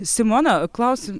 simona klausim